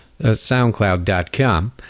soundcloud.com